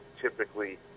typically